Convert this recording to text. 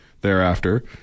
thereafter